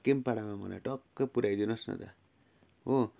हाकिमपाडामा मलाई टक्क पुर्याइदिनु होस् न दा हो